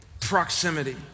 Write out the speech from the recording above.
proximity